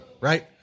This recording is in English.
right